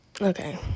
okay